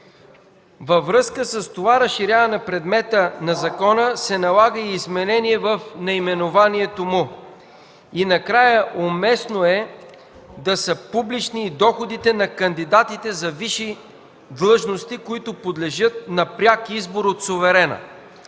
Във връзка с това разширяване на предмета на закона се налага и изменение в наименованието му. И накрая, уместно е да са публични и доходите на кандидатите за висши длъжности, които подлежат на пряк избор от суверена.